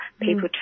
people